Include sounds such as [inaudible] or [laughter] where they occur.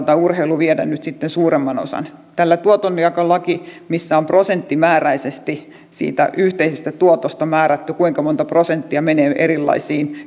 [unintelligible] tai urheilu viedä nyt sitten suuremman osan tämä tuotonjakolaki missä on prosenttimääräisesti siitä yhteisestä tuotosta määrätty kuinka monta prosenttia menee erilaisiin [unintelligible]